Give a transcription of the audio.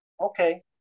Okay